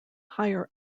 higher